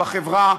בחברה,